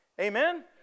Amen